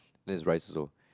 there's rice also